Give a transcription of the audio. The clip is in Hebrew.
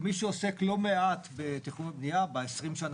כמי שעוסק לא מעט בתכנון ובנייה ב-20 השנים